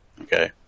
Okay